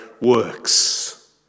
works